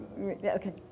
okay